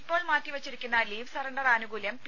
ഇപ്പോൾ മാറ്റിവെച്ചിരിക്കുന്ന leave surrender ആനുകൂല്യം പി